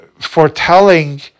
foretelling